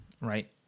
right